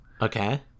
Okay